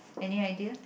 any idea